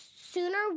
sooner